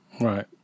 right